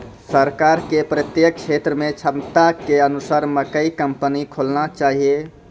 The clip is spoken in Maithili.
सरकार के प्रत्येक क्षेत्र मे क्षमता के अनुसार मकई कंपनी खोलना चाहिए?